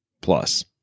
plus